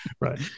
Right